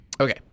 Okay